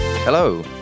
Hello